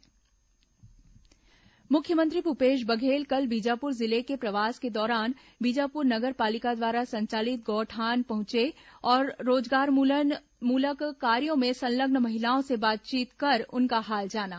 मुख्यमंत्री प्रवास मुख्यमंत्री भुपेश बघेल कल बीजापुर जिले के प्रवास के दौरान बीजापुर नगर पालिका द्वारा संचालित गौठान पहुंचे और रोजगारमुलक कार्यों में संलग्न महिलाओं से बातचीत कर उनका हाल जाना